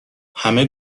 همه